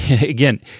Again